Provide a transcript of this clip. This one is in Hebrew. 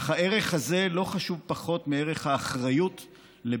אך לא פחות חשוב הוא ערך האחריות לביטחוננו,